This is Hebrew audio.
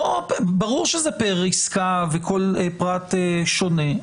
ברור שזה פר עסקה וכל פרט שונה.